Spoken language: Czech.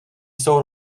jsou